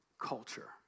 culture